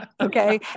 okay